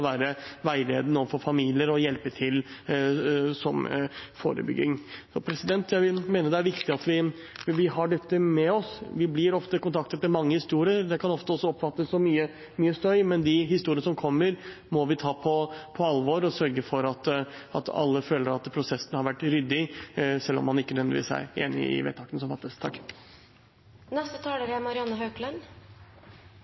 være veiledende overfor familier og hjelpe til med forebyggende arbeid. Jeg vil mene at det er viktig at vi har dette med oss. Vi blir ofte kontaktet og får mange historier. Det kan ofte oppfattes som mye støy, men de historiene som kommer, må vi ta på alvor, og vi må sørge for at alle føler at prosessen har vært ryddig, selv om man ikke nødvendigvis er enig i vedtakene som fattes.